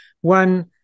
one